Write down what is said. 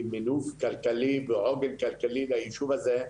כי מינוף כלכלי ועוגן כלכלי בישוב הזה,